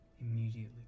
Immediately